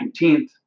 19th